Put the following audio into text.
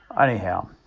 anyhow